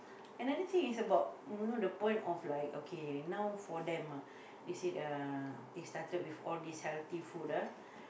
another thing is about you know the point of like okay now for them ah they said uh they started with all these healthy food ah